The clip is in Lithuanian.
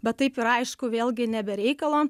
bet taip yra aišku vėlgi ne be reikalo